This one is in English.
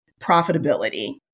profitability